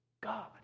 God